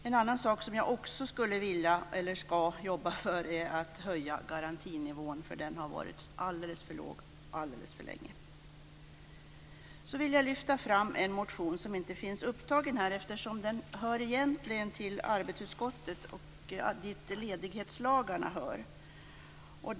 En annan sak jag också ska jobba för är att höja garantinivån, för den har varit alldeles för låg alldeles för länge. Så vill jag lyfta fram en motion som inte finns upptagen här, eftersom den berör ledighetslagarna som hör till arbetsmarknadsutskottet.